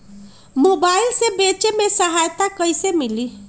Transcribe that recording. Mobile से बेचे में सहायता कईसे मिली?